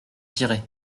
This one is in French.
tirer